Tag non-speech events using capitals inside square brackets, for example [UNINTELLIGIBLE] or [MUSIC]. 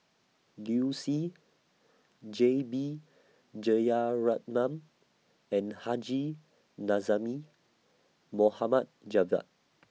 Liu Si J B Jeyaretnam and Haji [UNINTELLIGIBLE] Mohd Javad